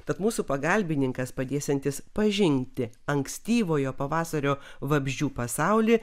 tad mūsų pagalbininkas padėsiantis pažinti ankstyvojo pavasario vabzdžių pasaulį